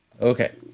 Okay